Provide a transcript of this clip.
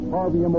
Harvey